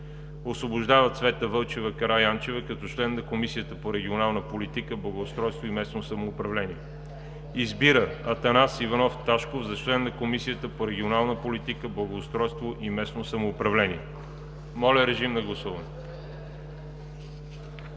Освобождава Цвета Вълчева Караянчева като член на Комисията по регионална политика, благоустройство и местно самоуправление. 2. Избира Атанас Иванов Ташков за член на Комисията по регионална политика, благоустройство и местно самоуправление.“ Моля, режим на гласуване.